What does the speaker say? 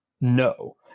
No